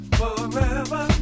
forever